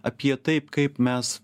apie taip kaip mes